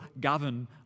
govern